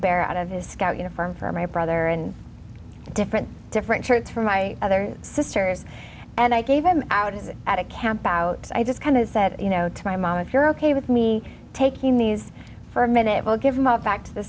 bear out of his scout uniform for my brother and different different shirts for my other sisters and i gave him out is at a camp out i just kind of said you know to my mom if you're ok with me taking these for a minute i'll give them up back to the